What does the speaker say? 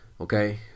Okay